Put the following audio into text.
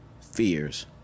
fears